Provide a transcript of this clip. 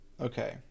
Okay